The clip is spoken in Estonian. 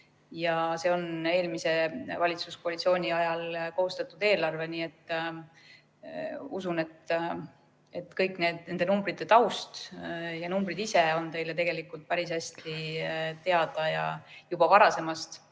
See on eelmise valitsuskoalitsiooni ajal koostatud eelarve, nii et usun, et nende numbrite taust ja numbrid ise on teile tegelikult päris hästi teada juba sellest varasemast